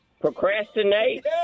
procrastinate